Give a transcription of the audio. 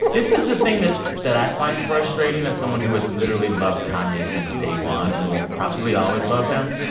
this is the thing that's that i find frustrating, as someone who has literally loved kanye since day one and will probably always love him.